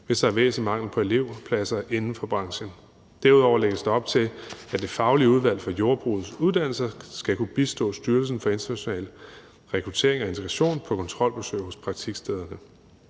hvis der er væsentlig mangel på elevpladser inden for branchen. Derudover lægges der op til, at Det faglige udvalg for Jordbrugets Uddannelser skal kunne bistå Styrelsen for International Rekruttering og Integration på kontrolbesøg hos praktikstederne.